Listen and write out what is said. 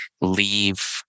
leave